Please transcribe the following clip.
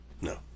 No